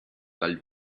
dal